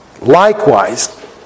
likewise